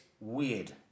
weird